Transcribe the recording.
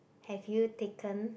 have you taken